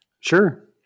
Sure